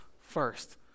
first